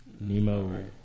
Nemo